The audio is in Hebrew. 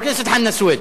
חבר הכנסת חנא סוייד.